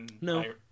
No